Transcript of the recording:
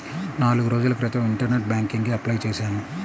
నాల్గు రోజుల క్రితం ఇంటర్నెట్ బ్యేంకింగ్ కి అప్లై చేశాను